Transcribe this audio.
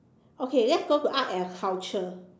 okay let's go to art and culture